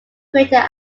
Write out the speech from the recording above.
crater